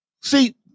See